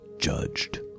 judged